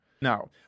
Now